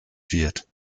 wird